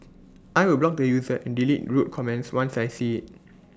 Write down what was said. I will block the user and delete rude comments once I see IT